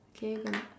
K